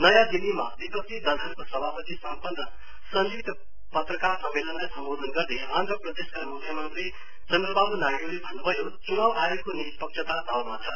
नयाँ दिल्लीमा विपक्षी दलहरुको सभापछि सम्पन्न संयुक्त पत्रकार सम्मेलनलाई सम्बोधन गर्दै आन्ध्र प्रदेशका मुख्यमन्त्री चन्द्रबाबु नाइडुले भन्नुभयो चुनाउ ऐयोगको निष्पक्षता दावमा छ